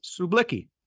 Sublicki